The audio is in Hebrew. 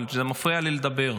אבל זה מפריע לי לדבר,